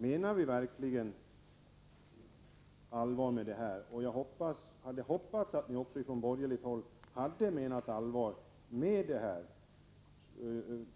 Menar vi verkligen allvar — och jag hade hoppats att man också från borgerligt håll menade allvar beträffande